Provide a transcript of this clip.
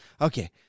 Okay